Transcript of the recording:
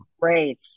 great